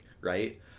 right